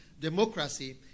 democracy